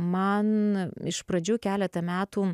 man iš pradžių keletą metų